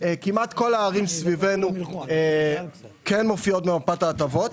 כמעט כל הערים סביבנו מופיעות במפת ההטבות,